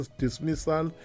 dismissal